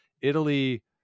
Italy